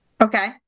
Okay